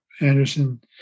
Anderson